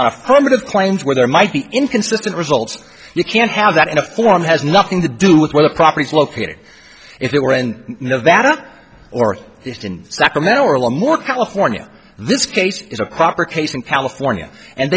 affirmative claims where there might be inconsistent results you can't have that in a form has nothing to do with where the property is located if it were end nevada or just in sacramento or a lot more california this case is a proper case in california and